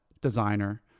designer